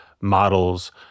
models